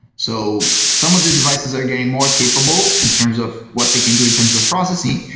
so some of these devices are getting more capable in terms of what they can do in terms of processing,